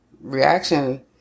Reaction